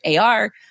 AR